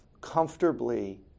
comfortably